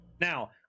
now